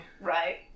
Right